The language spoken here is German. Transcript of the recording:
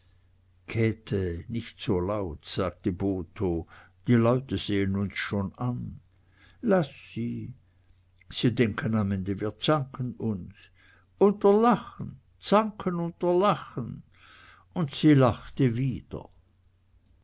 käthe nicht so laut sagte botho die leute sehen uns schon an laß sie sie denken am ende wir zanken uns unter lachen zanken unter lachen und sie lachte wieder